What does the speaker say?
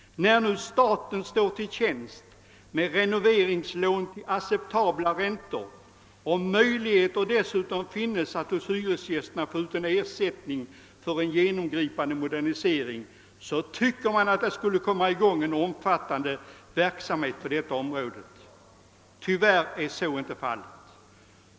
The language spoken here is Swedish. När nu staten står till tjänst med renoveringslån till acceptabla räntor och möjligheter dessutom finns att hos hyresgästerna få ut en ersättning för en genomgripande modernisering, borde det väl komma i gång en omfattande verksamhet på detta område. Tyvärr är så inte fallet.